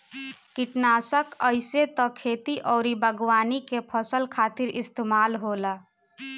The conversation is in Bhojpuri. किटनासक आइसे त खेती अउरी बागवानी के फसल खातिर इस्तेमाल होला